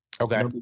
Okay